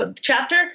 Chapter